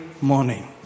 morning